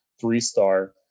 three-star